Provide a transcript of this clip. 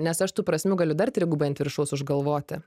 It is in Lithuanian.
nes aš tų prasmių galiu dar trigubai ant viršaus užgalvoti